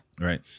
Right